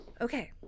Okay